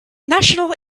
national